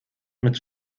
mit